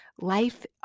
Life